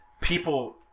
people